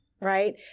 Right